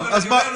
לא.